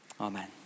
Amen